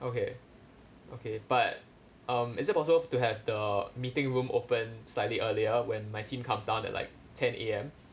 okay okay but um is it possible to have the meeting room open slightly earlier when my team comes down at like ten A_M